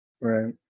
Right